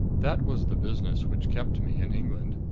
that was the business which kept me in england.